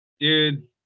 Dude